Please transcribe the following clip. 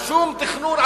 על שום תכנון,